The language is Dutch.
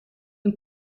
een